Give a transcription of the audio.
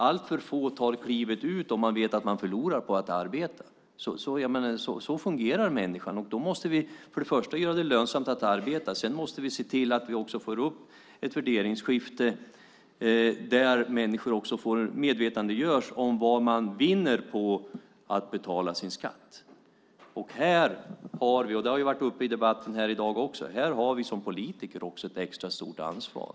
Alltför få tar klivet ut om man vet att man förlorar på att arbeta. Så fungerar människan, och då måste vi för det första göra det lönsamt att arbeta och för det andra se till att vi också får till ett värderingsskifte där människor medvetandegörs om vad man vinner på att betala sin skatt. Här har vi - och det har ju varit uppe i debatten i dag - som politiker ett extra stort ansvar.